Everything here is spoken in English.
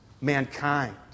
mankind